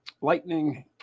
lightning